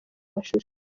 mashusho